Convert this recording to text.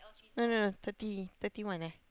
no no no thirty thirty one eh